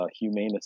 Humane